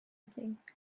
evening